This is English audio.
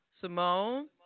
Simone